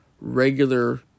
regular